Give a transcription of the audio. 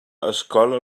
escola